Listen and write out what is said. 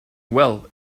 well